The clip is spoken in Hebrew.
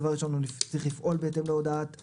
דבר ראשון הוא צריך לפעול בהתאם להודעת הלקוח,